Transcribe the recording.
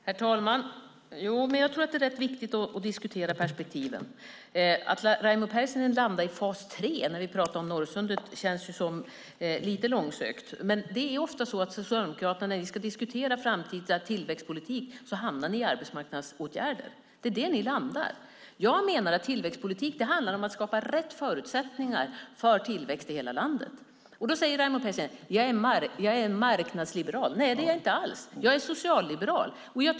Herr talman! Det är rätt viktigt att diskutera perspektiven. Att Raimo Pärssinen landar i fas 3 när vi pratar om Norrsundet känns lite långsökt. Men det är ofta så att Socialdemokraterna när vi ska diskutera framtida tillväxtpolitik hamnar i arbetsmarknadsåtgärder. Det är där ni landar. Jag menar att tillväxtpolitik handlar om att skapa rätt förutsättningar för tillväxt i hela landet. Då säger Raimo Pärssinen att jag är marknadsliberal. Nej, det är jag inte alls. Jag är socialliberal.